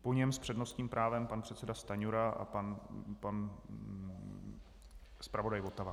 Po něm s přednostním právem pan předseda Stanjura a pan zpravodaj Votava.